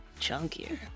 Chunkier